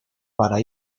para